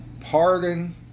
pardon